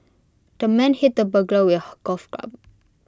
the man hit the burglar with golf club